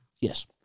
Yes